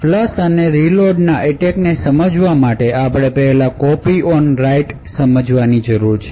flush અને reload ના attack ને સમજવા માટે આપણે પહેલા કોપી ઓન રાઇટ સમજવાની જરૂર છે